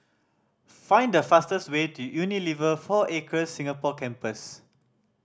find the fastest way to Unilever Four Acres Singapore Campus